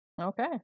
Okay